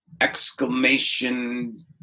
exclamation